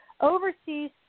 overseas